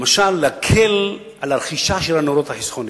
למשל, להקל את הרכישה של הנורות החסכוניות.